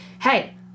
hey